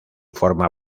forma